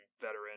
veteran